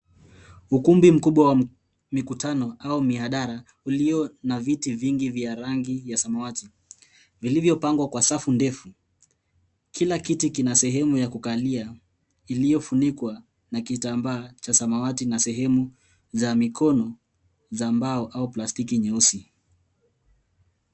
Ukumbi mkubwa wa mikutano au mihadhara, ulio na viti vingi vya rangi ya samawati vilivyopangwa kwa safu ndefu. Kila kiti kina sehemu ina mahali ya kukalia, iliyofunika na kitambaa cha samawati na sehemu za mikono za mbao au plastiki nyeusi.